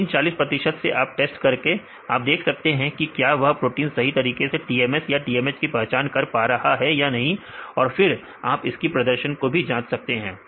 तो इन40 प्रतिशत से आप टेस्ट कर के आप देख सकते हैं कि क्या यह प्रोटीन सही तरीके से TMS या TMH की पहचान कर पा रहा है या नहीं और फिर आप इसकी प्रदर्शन को भी जांच सकते हैं